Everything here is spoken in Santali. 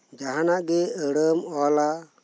ᱡᱟᱦᱟᱸᱱᱟᱜ ᱜᱤ ᱟᱹᱲᱟᱹᱢ ᱚᱞᱟ